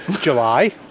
July